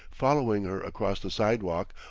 following her across the sidewalk,